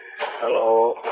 Hello